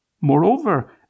Moreover